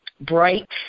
bright